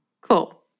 Cool